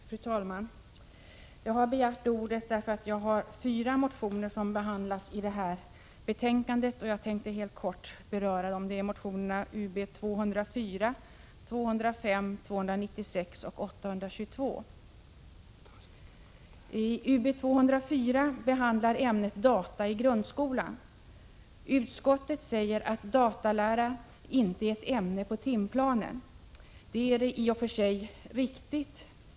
Fru talman! Jag har begärt ordet med anledning av att jag väckt fyra motioner som behandlas i detta betänkande, och jag tänkte kortfattat beröra dem. Det gäller motionerna Ub204, 205, 296 och 822. I motion Ub204 behandlas ämnet data i grundskolan. Utskottet säger att datalära inte är ett ämne på timplanen. Det är i och för sig riktigt.